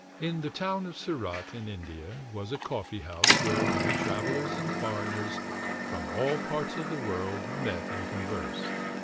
in the town of surat, in india, was a coffee-house where many travellers and foreigners from all parts of the world met and conversed.